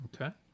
Okay